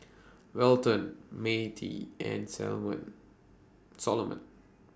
Welton Matie and Solomon